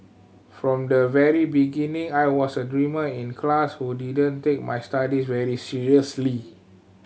from the very beginning I was a dreamer in class who didn't take my studies very seriously